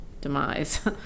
demise